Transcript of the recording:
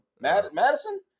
Madison